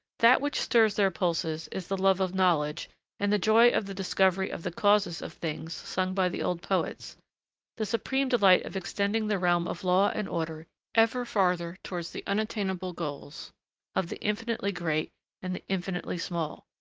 that which stirs their pulses is the love of knowledge and the joy of the discovery of the causes of things sung by the old poets the supreme delight of extending the realm of law and order ever farther towards the unattainable goals of the infinitely great and the infinitely small,